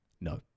No